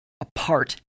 apart